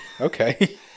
okay